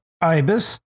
Ibis